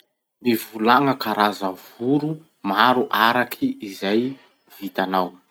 Mivolagna karaza voro maro araky izay vitanao.